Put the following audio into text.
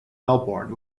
melbourne